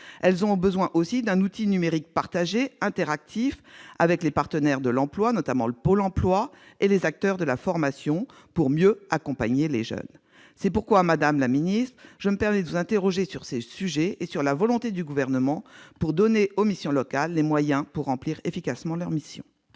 Elles ont aussi besoin d'un outil numérique partagé et interactif avec les partenaires de l'emploi, notamment Pôle emploi, et les acteurs de la formation, pour mieux accompagner les jeunes. C'est pourquoi je me permets de vous interroger, madame la ministre, sur ces sujets et sur la volonté du Gouvernement pour donner aux missions locales les moyens de remplir efficacement leur mission.